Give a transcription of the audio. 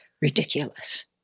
ridiculous